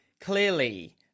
clearly